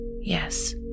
yes